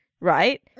right